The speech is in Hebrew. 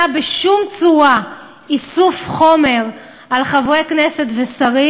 בשום צורה איסוף חומר על חברי כנסת ושרים.